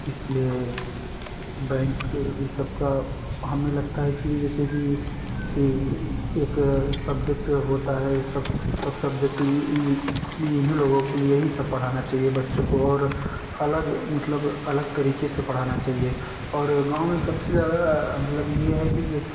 इसलिए बैंक ई सब का हमें लगता है कि जैसे कि एक सब्जेक्ट होता है सब सब सब्जेक्ट इन्हीं लोगों यही सब पढ़ाना चाहिए बच्चों को और अलग मतलब अलग तरीके से पढ़ाना चाहिए और गाँव में सबसे ज़्यादा मतलब यह है कि